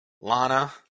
Lana